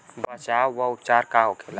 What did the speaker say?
बचाव व उपचार का होखेला?